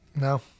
No